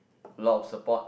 lot of support